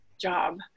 job